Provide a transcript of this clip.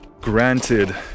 granted